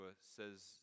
says